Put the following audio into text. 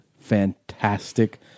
fantastic